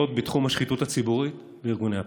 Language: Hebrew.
בתחום השחיתות הציבורית וארגוני הפשיעה.